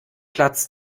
platz